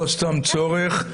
לא סתם צורך,